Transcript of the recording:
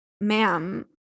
ma'am